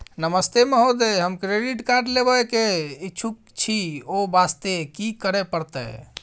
नमस्ते महोदय, हम credit card लेबे के इच्छुक छि ओ वास्ते की करै परतै?